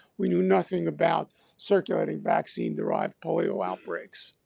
we knew nothing about circulating vaccine derived polio outbreaks.